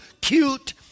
cute